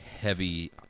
heavy